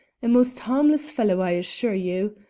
a most harmless fellow, i assure you.